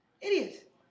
Idiot